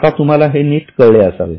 आता तुम्हाला हे नीट कळले असावे